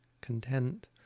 content